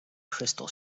crystal